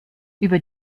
über